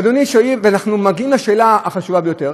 ואנחנו מגיעים לשאלה החשובה ביותר.